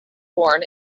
born